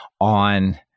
on